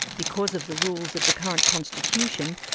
because of the rules of the current constitution,